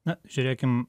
na žiūrėkim